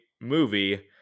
movie